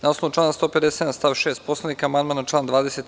Na osnovu člana 157. stav 6. Poslovnika amandman na član 23.